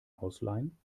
ausleihen